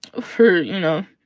for, you know,